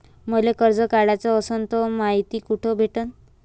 मले कर्ज काढाच असनं तर मायती कुठ भेटनं?